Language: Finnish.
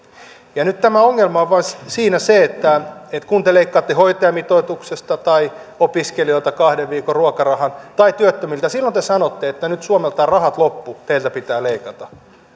nyt tämä ongelma on siinä vain se että kun te leikkaatte hoitajamitoituksesta tai opiskelijoilta kahden viikon ruokarahan tai työttömiltä silloin te sanotte että nyt suomelta on rahat loppu teiltä pitää leikata